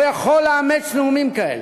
לא יכול לאמץ נאומים כאלה,